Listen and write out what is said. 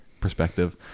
perspective